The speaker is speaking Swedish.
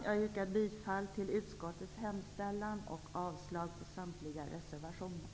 Jag yrkar bifall till utskottets hemställan och avslag på samtliga reservationer.